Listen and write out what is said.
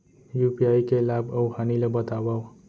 UPI के लाभ अऊ हानि ला बतावव